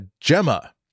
Gemma